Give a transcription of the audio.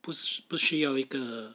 不是不需要一个